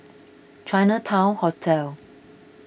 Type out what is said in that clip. Chinatown Hotel